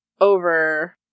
over